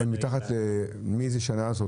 מתחת לאיזו שנה?